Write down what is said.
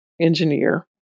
engineer